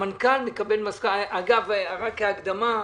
אגב, רק כהקדמה,